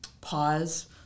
pause